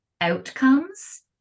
outcomes